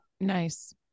Nice